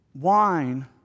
Wine